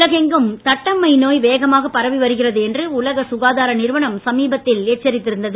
உலகெங்கும் தட்டம்மை நோய் வேகமாக பரவி வருகிறது என்று உலக சுகாதார நிறுவனம் சமீபத்தில் எச்சரித்து இருந்தது